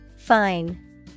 Fine